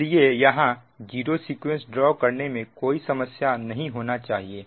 इसलिए यहां zero sequence draw करने में कोई समस्या नहीं होना चाहिए